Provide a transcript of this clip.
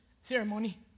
ceremony